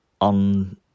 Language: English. on